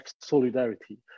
solidarity